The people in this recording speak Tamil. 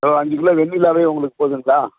ஓ அஞ்சுக் கிலோ வெண்ணிலாவே உங்களுக்குப் போதுங்களா